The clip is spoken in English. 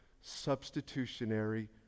substitutionary